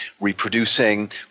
reproducing